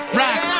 rock